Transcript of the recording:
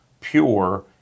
pure